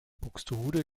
buxtehude